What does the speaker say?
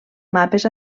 mapes